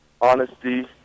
Honesty